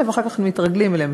ואחר כך מתרגלים אליהם,